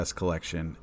collection